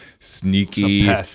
sneaky